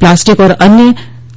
plastic और अन्य